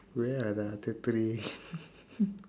where are the other three